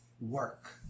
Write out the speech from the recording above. work